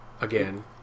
Again